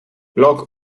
lok